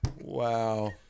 Wow